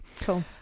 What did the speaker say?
cool